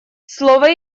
слово